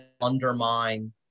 undermine